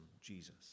Jesus